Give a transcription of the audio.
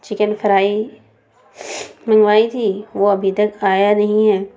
chicken fry منگوائی تھی وہ ابھی تک آیا نہیں ہے